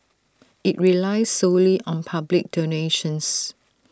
IT relies solely on public donations